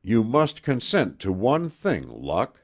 you must consent to one thing, luck